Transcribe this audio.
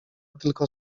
tylko